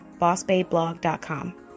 BossBayBlog.com